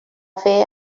fer